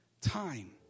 time